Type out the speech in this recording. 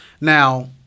Now